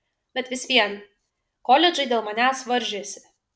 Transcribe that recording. bet vis vien koledžai dėl manęs varžėsi